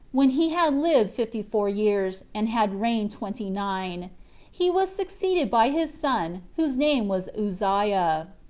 when he had lived fifty-four years, and had reigned twenty-nine. he was succeeded by his son, whose name was uzziah.